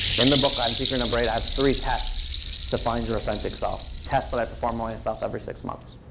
in the book on secret number eight, i have three tests to find your authentic self, tests that i perform on myself every six months.